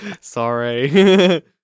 Sorry